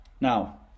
now